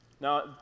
Now